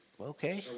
Okay